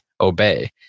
Obey